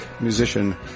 musician